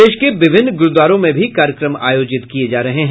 प्रदेश के विभिन्न गुरूद्वारों में भी कार्यक्रम आयोजित किये जा रहे हैं